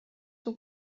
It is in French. sont